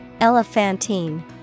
Elephantine